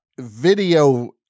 Video